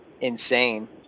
insane